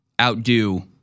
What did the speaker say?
outdo